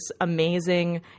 amazing